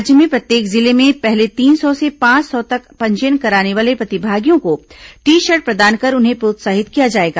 राज्य में प्रत्येक जिले में पहले तीन सौ से पांच सौ तक पंजीयन कराने वाले प्रतिभागियों को टी शर्ट प्रदान कर उन्हें प्रोत्साहित किया जाएगा